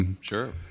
sure